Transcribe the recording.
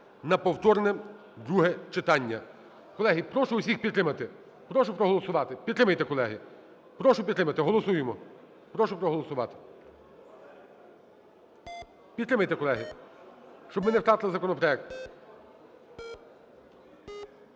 на повторне друге читання. Колеги, прошу усіх підтримати, прошу проголосувати, підтримайте, колеги. Прошу підтримати, голосуємо, прошу проголосувати. Підтримайте, колеги, щоб ми не втратили законопроект.